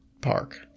Park